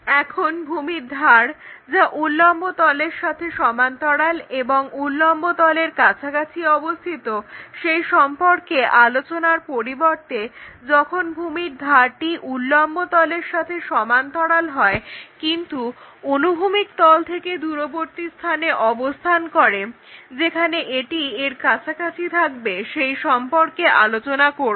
এখন ভূমির ধার যা উল্লম্ব তলের সাথে সমান্তরাল এবং উল্লম্ব তলের কাছাকাছি অবস্থিত সেই সম্পর্কে আলোচনার পরিবর্তে যখন ভূমির ধারটি উল্লম্ব তলের সাথে সমান্তরাল হয় কিন্তু অনুভূমিক তল থেকে দূরবর্তী স্থানে অবস্থান করে যেখানে এটি এর কাছাকাছি থাকবে সেই সম্পর্কে আলোচনা করব